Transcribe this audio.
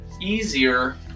easier